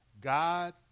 God